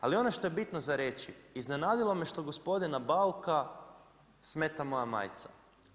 Ali ono što je bitno za reći, iznenadilo me što gospodina Bauka smeta moja majica.